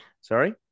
Sorry